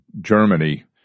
Germany